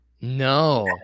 No